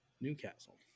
Newcastle